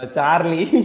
Charlie